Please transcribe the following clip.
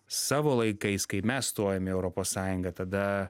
savo laikais kai mes stojom į europos sąjungą tada